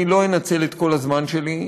אני לא אנצל את כל הזמן שלי.